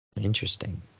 Interesting